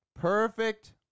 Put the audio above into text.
Perfect